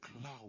cloud